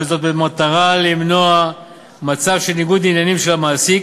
במטרה למנוע מצב של ניגוד עניינים של המעסיק